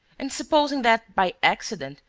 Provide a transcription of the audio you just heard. and supposing that, by accident,